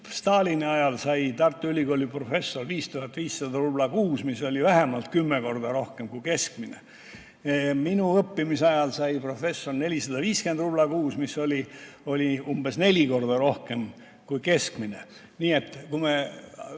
Stalini ajal sai Tartu Ülikooli professor 5500 rubla kuus, mis oli vähemalt kümme korda rohkem kui keskmine [tasu]. Minu õppimise ajal sai professor 450 rubla kuus, mis oli umbes neli korda rohkem kui keskmine. Nii et me